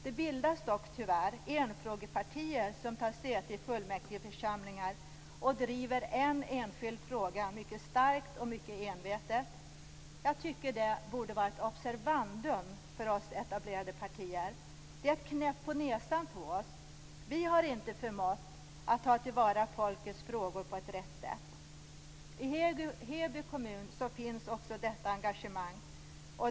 Det bildas dock tyvärr enfrågepartier som tar säte i fullmäktigeförsamlingar och driver en enskild fråga mycket starkt och envetet. Jag tycker att det borde vara ett observandum för oss i etablerade partier. Det är en knäpp på näsan på oss. Vi har inte förmått att ta till vara folkets frågor på ett rätt sätt. I Heby kommun finns också detta engagemang.